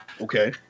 okay